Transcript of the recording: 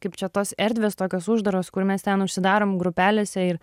kaip čia tos erdvės tokios uždaros kur mes ten užsidarom grupelėse ir